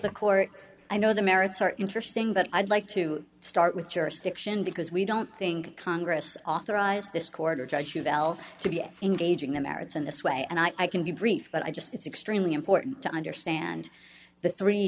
the court i know the merits are interesting but i'd like to start with jurisdiction because we don't think congress authorized this quarter joshua bell to be engaging the merits in this way and i can be brief but i just it's extremely important to understand the three